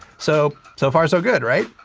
so, so far, so good, right?